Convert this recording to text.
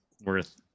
worth